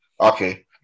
Okay